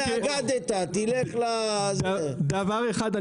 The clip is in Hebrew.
אני רוצה להגיד עוד דבר אחד.